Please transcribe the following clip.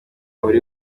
buri